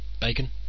Bacon